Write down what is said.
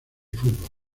fútbol